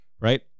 Right